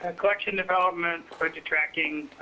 ah collection development by detracting